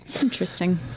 Interesting